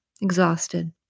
exhausted